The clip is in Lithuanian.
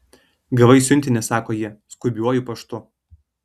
gavai siuntinį sako ji skubiuoju paštu